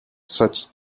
such